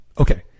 Okay